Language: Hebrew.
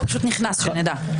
הוא פשוט נכנס, שנדע...